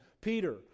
Peter